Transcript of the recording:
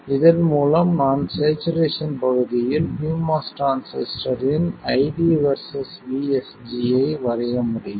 இதன் மூலம் நான் ஸ்சேச்சுரேசன் பகுதியில் PMOS டிரான்சிஸ்டரின் ID vs VSG ஐ வரைய முடியும்